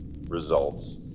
Results